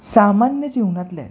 सामान्य जीवनातल्या आहेत